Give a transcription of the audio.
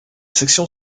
section